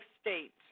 states